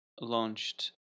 launched